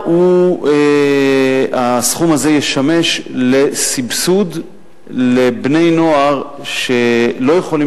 והסכום הזה ישמש בעיקר לסבסוד לבני-נוער שלא יכולים